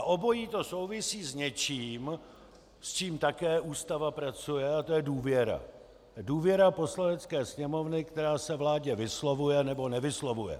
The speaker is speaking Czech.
A obojí to souvisí s něčím, s čím také Ústava pracuje, a to je důvěra Poslanecké sněmovny, která se vládě vyslovuje, nebo nevyslovuje.